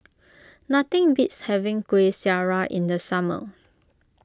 nothing beats having Kueh Syara in the summer